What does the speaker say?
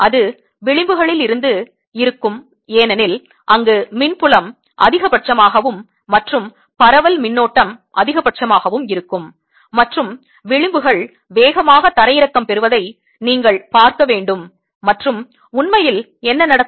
அது விளிம்புகளில் இருந்து இருக்கும் ஏனெனில் அங்கு மின் புலம் அதிகபட்சமாகவும் மற்றும் பரவல் மின்னோட்டம் அதிகபட்சமாகவும் இருக்கும் மற்றும் விளிம்புகள் வேகமாக தரையிறக்கம் பெறுவதை நீங்கள் பார்க்க வேண்டும் மற்றும் உண்மையில் என்ன நடக்கும்